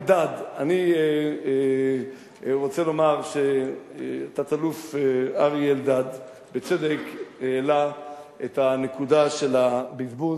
אני רוצה לומר שתת-אלוף אריה אלדד בצדק העלה את הנקודה של הבזבוז,